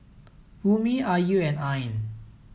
Ummi Ayu and Ain